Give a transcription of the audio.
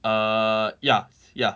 err ya ya